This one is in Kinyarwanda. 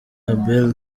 abel